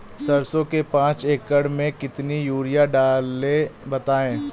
सरसो के पाँच एकड़ में कितनी यूरिया डालें बताएं?